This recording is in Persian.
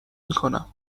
میکنم